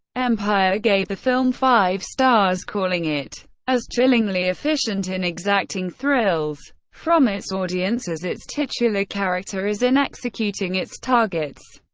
empire gave the film five stars calling it as chillingly efficient in exacting thrills from its audience as its titular character is in executing its targets.